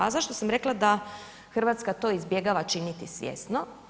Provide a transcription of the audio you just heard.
A zašto sam rekla da Hrvatska to izbjegava činiti svjesno?